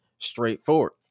straightforward